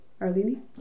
Arlene